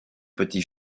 petit